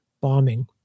bombing